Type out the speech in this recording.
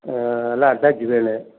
ஆ எல்லாம் அட்டாச் வேணும்